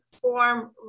form